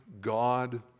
God